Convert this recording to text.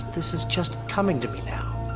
this is just coming to me now.